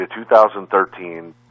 2013